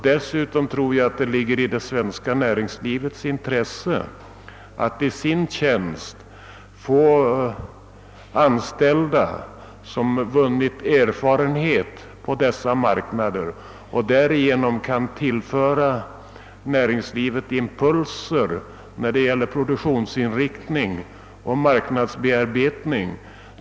Dessutom tror jag att det ligger i det svenska näringslivets intresse att i sin tjänst få anställda som vunnit erfarenhet på dessa marknader och därigenom kan tillföra näringslivet impulser beträffande produktionsinriktning och marknadsbearbetning.